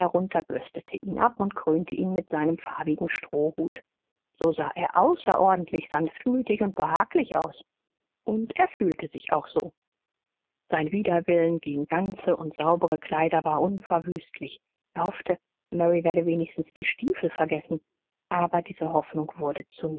herunter bürstete ihn ab und krönte ihn mit seinem farbigen strohhut so sah er außerordentlich sanftmütig und behaglich aus und er fühlte sich auch so sein widerwillen gegen ganze und saubere kleider war unverwüstlich er hoffte mary werde wenigstens die stiefel vergessen aber diese hoffnung wurde